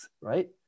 right